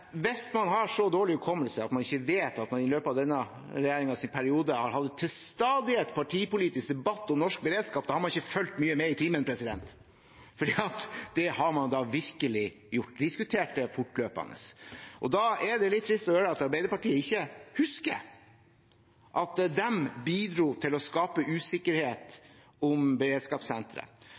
dårlig hukommelse at man ikke vet at man i løpet av denne regjeringsperioden til stadighet har hatt en partipolitisk debatt om norsk beredskap, har man ikke fulgt mye med i timen – for det har man da virkelig hatt. Vi har diskutert det fortløpende. Da er det litt trist å høre at Arbeiderpartiet ikke husker at de bidro til å skape usikkerhet om beredskapssenteret.